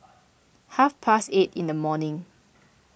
half past eight in the morning